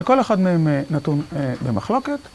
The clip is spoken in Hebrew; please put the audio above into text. כל אחד מהם נתון במחלוקת.